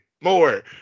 more